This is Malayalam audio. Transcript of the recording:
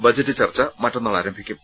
ബജറ്റ് ചർച്ച മറ്റന്നാൾ ആരംഭി ക്കും